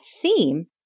theme